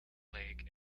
lake